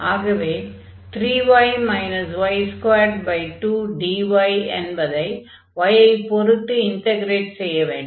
ஆகவே 3y y22 dy என்பதை y ஐ பொருத்து இன்டக்ரேட் செய்ய வேண்டும்